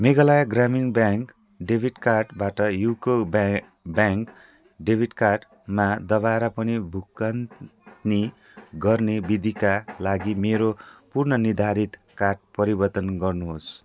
मेघालय ग्रामीण bank debit कार्डबाट UCO ब्या ब्याङ्क डेबिट कार्डमा दबाएर पनि भुक्कान नी गर्ने विधिका लागि मेरो पूर्णनिर्धारित कार्ड परिवर्तन गर्नुहोस्